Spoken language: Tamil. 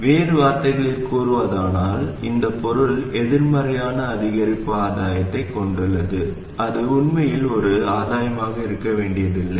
வேறு வார்த்தைகளில் கூறுவதானால் இந்த பொருள் எதிர்மறையான அதிகரிப்பு ஆதாயத்தைக் கொண்டுள்ளது அது உண்மையில் ஒரு ஆதாயமாக இருக்க வேண்டியதில்லை